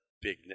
big